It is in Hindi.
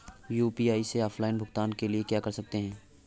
यू.पी.आई से ऑफलाइन भुगतान के लिए क्या कर सकते हैं?